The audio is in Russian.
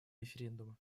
референдума